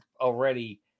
already